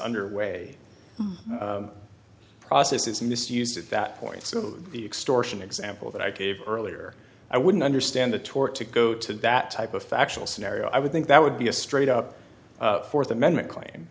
underway process is misused at that point so the extortion example that i gave earlier i wouldn't understand the tort to go to that type of factual scenario i would think that would be a straight up fourth amendment cl